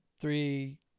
Three